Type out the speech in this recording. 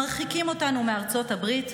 מרחיקים אותנו מארצות הברית,